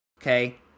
okay